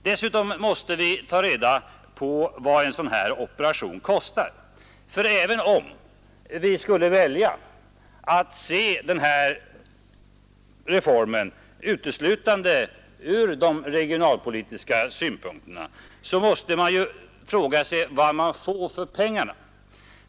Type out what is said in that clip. Dessutom måste vi ta reda på vad en sådan operation kostar. För även om vi skulle välja att se saken uteslutande ur regionalpolitiska synpunkter måste vi ändå fråga oss vad vi får för pengarna.